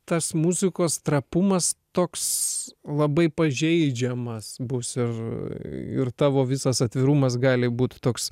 tas muzikos trapumas toks labai pažeidžiamas bus ir ir tavo visas atvirumas gali būt toks